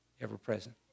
ever-present